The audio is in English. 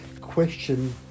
question